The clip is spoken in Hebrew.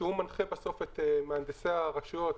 שהוא מנחה בסוף את מהנדסי הרשויות,